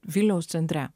vilniaus centre